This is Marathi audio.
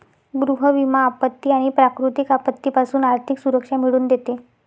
गृह विमा आपत्ती आणि प्राकृतिक आपत्तीपासून आर्थिक सुरक्षा मिळवून देते